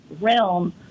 realm